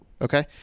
Okay